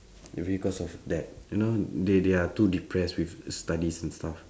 maybe cause of that you know they they are too depressed with studies and stuff